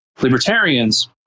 libertarians